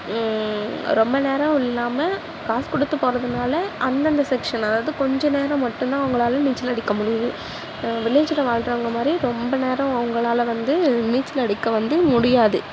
ரொம்ப நேரம் இல்லாமல் காசு கொடுத்து போகிறதுனால அந்தந்த செக்ஷனாக அதாவது கொஞ்சம் நேரம் மட்டும்தான் அவங்களால நீச்சல் அடிக்க முடியும் வில்லேஜில் வாழ்கிறவங்கமாரி ரொம்ப நேரம் அவங்களால் வந்து நீச்சல் அடிக்க வந்து முடியாது